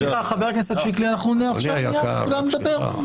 סליחה, חבר הכנסת שיקלי, מייד נאפשר לכולם לדבר.